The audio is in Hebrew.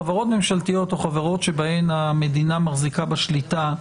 חברות ממשלתיות או חברות שבהן המדינה מחזיקה בה שליטה,